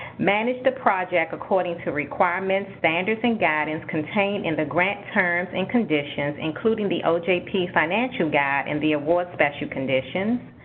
manage the project according to requirements, standards, and guidance contained in the grant terms and conditions, including the ojp financial guide in the award special conditions.